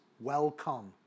Welcome